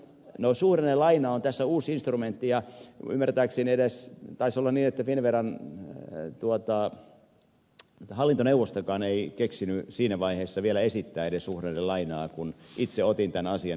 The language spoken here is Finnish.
no suhdannelaina on tässä uusi instrumentti ja ymmärtääkseni taisi olla niin että edes finnveran hallintoneuvostokaan ei keksinyt siinä vaiheessa vielä esittää suhdannelainaa kun itse otin tämän asian esille